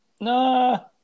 no